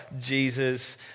Jesus